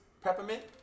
Peppermint